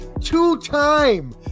two-time